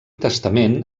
testament